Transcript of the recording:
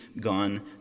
gone